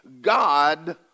God